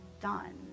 done